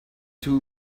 too